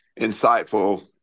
insightful